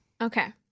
Okay